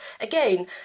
again